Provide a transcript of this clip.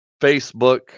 Facebook